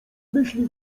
myśli